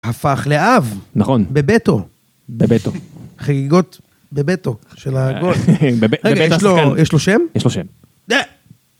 הפך לאב, נכון, בבטו, בבטו, חגיגות בבטו, של הגול, רגע יש לו שם? יש לו שם.